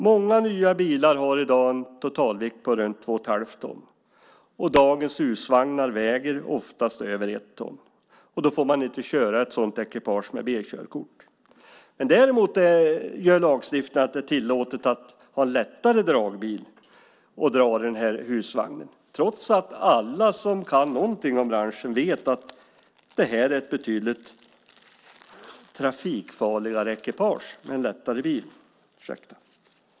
Många nya bilar har i dag en totalvikt på runt två och ett halvt ton. Dagens husvagnar väger oftast över ett ton. Man får inte köra ett sådant ekipage med B-körkort. Däremot gör lagstiftningen det tillåtet att ha en lättare dragbil och dra husvagnen trots att alla som kan någonting om branschen vet att en lättare bil utgör ett betydligt mer trafikfarligt ekipage.